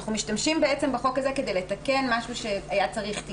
אנחנו משמשים בחוק הזה כדי לתקן משהו שהיה צריך תיקון.